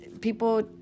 people